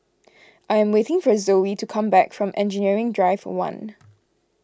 I am waiting for Zoey to come back from Engineering Drive one